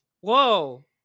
whoa